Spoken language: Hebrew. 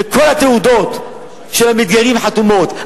כל התעודות של המתגיירים חתומות,